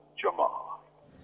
Jamal